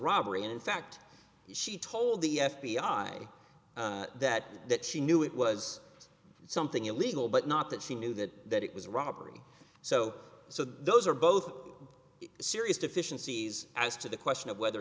robbery and in fact she told the f b i that that she knew it was something illegal but not that she knew that it was robbery so so those are both serious deficiencies as to the question of whether